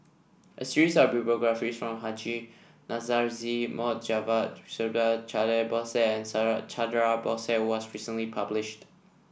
a series of biographies from Haji Namazie Mohd Javad Subhas Chandra Bose and Subhas Chandra Bose was recently published